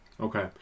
Okay